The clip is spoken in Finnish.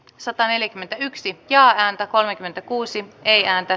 sataneljäkymmentäyksi ja ääntä kolmekymmentäkuusi ei ääntä